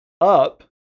up